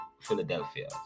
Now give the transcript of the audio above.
Philadelphia